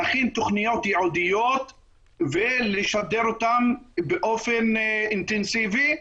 להכין תכניות ייעודיות ולשדר אותן באופן אינטנסיבי,